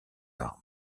arbres